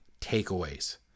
takeaways